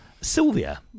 Sylvia